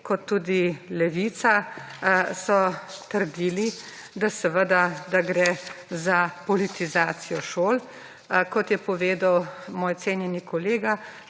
in tudi Levica so trdili, da gre za politizacijo šol. Kot je povedal moj cenjeni kolega